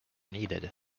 needed